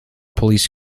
police